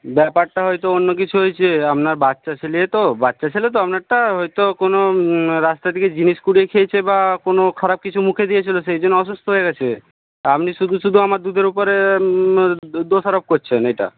ব্যাপারটা হয়তো অন্য কিছু হয়েছে আপনার বাচ্চা ছেলে তো বাচ্চা ছেলে তো আপনারটা হয়তো কোনো রাস্তা থেকে জিনিস কুড়িয়ে খেয়েছে বা কোনো খারাপ কিছু মুখে দিয়েছিল সেই জন্য অসুস্থ হয়ে গেছে আপনি শুধু শুধু আমার দুধের ওপরে দোষারোপ করছেন এটা